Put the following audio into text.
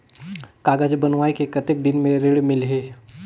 कागज बनवाय के कतेक दिन मे ऋण मिलही?